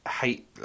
hate